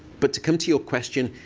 but to come to your question,